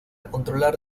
controlar